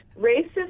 racist